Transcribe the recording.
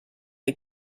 est